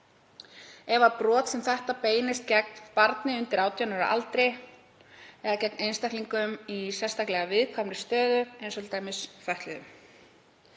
ef brot sem þetta beinist gegn barni undir 18 ára aldri eða gegn einstaklingum í sérstaklega viðkvæmri stöðu eins og t.d. fötluðum.